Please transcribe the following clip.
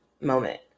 moment